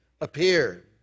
appear